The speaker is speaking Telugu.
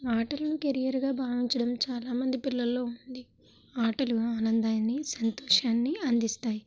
ఆటలను కెరీర్ గా భావించడం చాలా మంది పిల్లల్లో ఉంది ఆటలు ఆనందాన్ని సంతోషాన్ని అందిస్తాయి